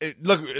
look